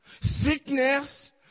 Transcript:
Sickness